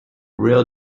rail